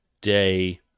day